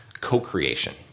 co-creation